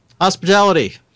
Hospitality